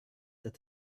that